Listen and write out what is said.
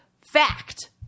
Fact